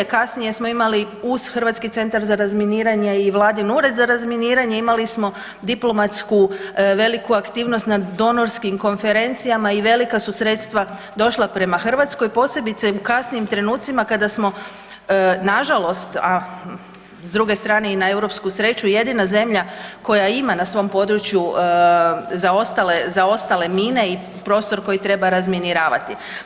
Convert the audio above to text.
Kasnije smo imali uz Hrvatski centar za razminiranje i vladin Ured za razminiranje imali smo diplomatsku veliku aktivnost na donorskim konferencijama i velika su sredstva došla prema Hrvatskoj, posebice u kasnijim trenutcima kada smo, nažalost, a s druge strane i na europsku sreću, jedina zemlja koja ima na svom području zaostale mine i prostor koji treba razminiravati.